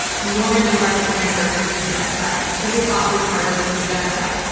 norman naimark of stanford, this is a genocide. serhii plokhii of harvard, this is a genocide.